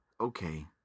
okay